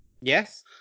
Yes